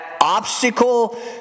obstacle